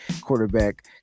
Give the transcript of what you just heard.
quarterback